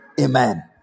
Amen